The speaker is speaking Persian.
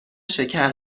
شکر